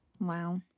Wow